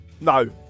No